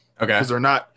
okay